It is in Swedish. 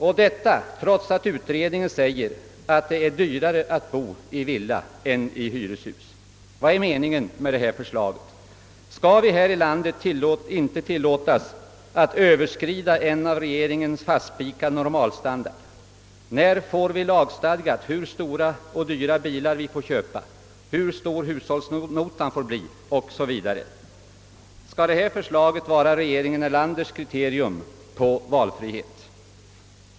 Och ändå säger utredningen att det är dyrare att bo i villa än i hyreshus. Vad är meningen med detta förslag? Skall vi här i landet inte ha tillåtelse att överskrida en av regeringen fastspikad normalstandard? När får vi lagstiftat hur stora och dyra bilar vi får köpa, hur stor hushållsnotan får bli o. s. v.? Skall detta förslag vara regeringen Erlanders kriterium på valfrihet?